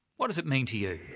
what does it mean to you?